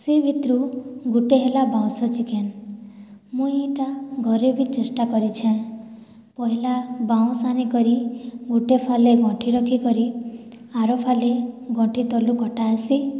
ସେଇ ଭିତରୁ ଗୋଟେ ହେଲା ବାଉଁଶ ଚିକେନ୍ ମୁଇଁ ହେଟା ଘରେ ବି ଚେଷ୍ଟା କରିଛେନ୍ ପହିଲା ବାଉଁଶ ରେ କରି ଗୋଟେ ଫାଳ ଗଣ୍ଠି ରଖି କରି ଆର ଫାଳି ଗଣ୍ଠି ତଳୁ କଟାହେସି